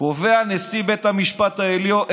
קבע נשיא בית המשפט העליון,